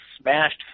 smashed